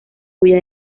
cuya